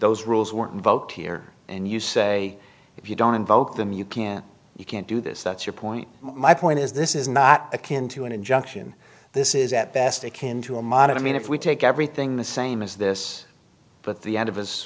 those rules were invoked here and you say if you don't invoke them you can't you can't do this that's your point my point is this is not akin to an injunction this is at best akin to a monitor i mean if we take everything the same as this but the end of his